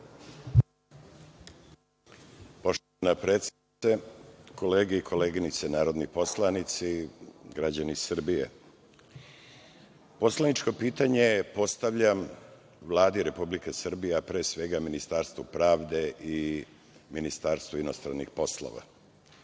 Poštovana predsednice, kolege i koleginice narodni poslanici, građani Srbije, poslaničko pitanje postavljam Vladi Republike Srbije, a pre svega Ministarstvu pravde i Ministarstvu inostranih poslova. Imajući